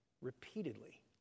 repeatedly